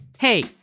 Hey